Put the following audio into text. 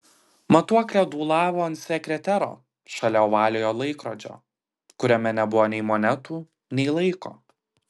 matuoklė dūlavo ant sekretero šalia ovaliojo laikrodžio kuriame nebuvo nei monetų nei laiko